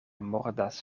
mordas